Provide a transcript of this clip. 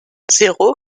zéro